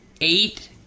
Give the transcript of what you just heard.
eight